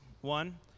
One